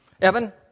Evan